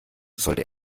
sollte